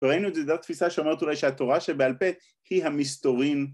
ראינו את זה, זאת התפיסה שאומרת אולי שהתורה שבעל פה היא המסתורין